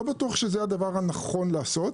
לא בטוח שזה הדבר הנכון לעשות,